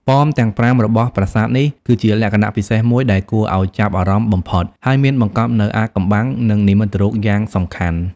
ប៉មទាំងប្រាំរបស់ប្រាសាទនេះ គឺជាលក្ខណៈពិសេសមួយដែលគួរឲ្យចាប់អារម្មណ៍បំផុត ហើយមានបង្កប់នូវអាថ៌កំបាំង និងនិមិត្តរូបយ៉ាងសំខាន់។